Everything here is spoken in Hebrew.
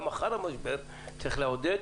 גם לאחר המשבר צריך לעודד.